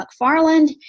McFarland